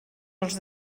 els